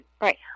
Right